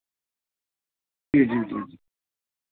جی جی جی